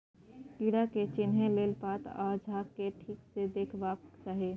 कीड़ा के चिन्हे लेल पात आ झाड़ केँ ठीक सँ देखबाक चाहीं